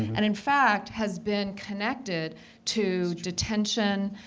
and in fact has been connected to detention,